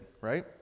right